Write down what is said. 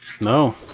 No